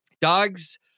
dogs